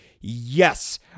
yes